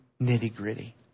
nitty-gritty